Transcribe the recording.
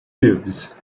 cubes